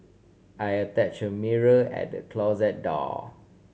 I attach a mirror at the closet door